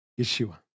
Yeshua